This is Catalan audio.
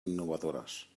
innovadores